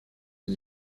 sie